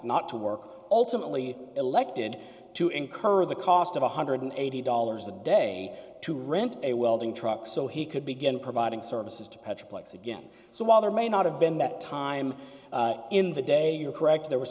not to work ultimately elected to incur the cost of one hundred and eighty dollars a day to rent a welding truck so he could begin providing services to petra plex again so while there may not have been that time in the day you are correct there w